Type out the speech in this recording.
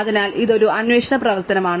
അതിനാൽ ഇതൊരു അന്വേഷണ പ്രവർത്തനമാണ്